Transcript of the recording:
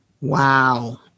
Wow